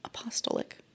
Apostolic